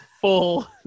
full